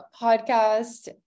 podcast